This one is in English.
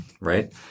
right